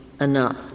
enough